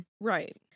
Right